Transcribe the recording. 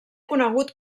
conegut